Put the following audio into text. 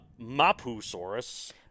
Mapusaurus